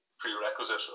prerequisite